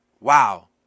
Wow